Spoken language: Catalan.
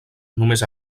només